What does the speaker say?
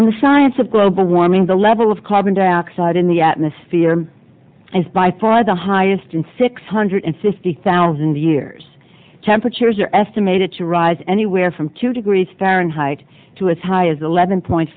on the science of globe the warming the level of carbon dioxide in the atmosphere is by far the highest in six hundred fifty thousand years temperatures are estimated to rise anywhere from two degrees fahrenheit to as high as eleven point